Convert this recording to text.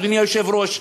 אדוני היושב-ראש,